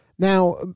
Now